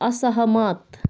असहमत